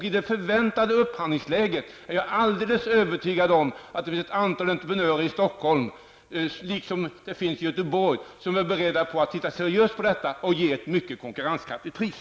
I det förväntade upphandlingsläget är jag alldeles övertygad om att det finns ett antal entreprenörer i Stockholm liksom i Göteborg som är beredda att se seriöst på detta och ge ett mycket konkurrenskraftigt pris.